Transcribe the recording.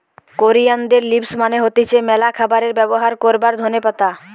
কোরিয়ানদের লিভস মানে হতিছে ম্যালা খাবারে ব্যবহার করবার ধোনে পাতা